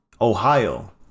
Ohio